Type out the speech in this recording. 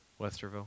Westerville